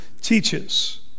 teaches